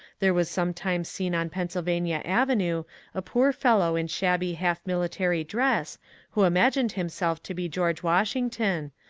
there was sometimes seen on pennsylvania avenue a poor fellow in shabby half-military dress who imagined himself to be g rge washington,